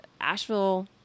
Asheville